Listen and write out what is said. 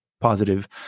positive